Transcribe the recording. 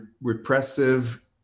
repressive